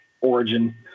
origin